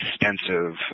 extensive